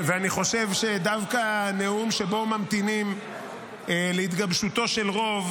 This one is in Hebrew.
אני חושב שדווקא נאום שבו ממתינים להתגבשותו של רוב,